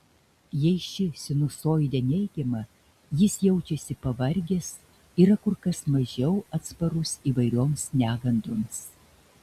jei ši sinusoidė neigiama jis jaučiasi pavargęs yra kur kas mažiau atsparus įvairioms negandoms